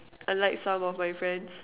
unlike some of my friends